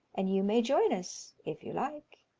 and you may join us if you like.